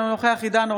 אינו נוכח עידן רול,